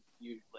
usually